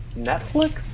Netflix